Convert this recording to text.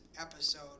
episode